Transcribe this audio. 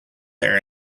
there